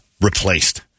replaced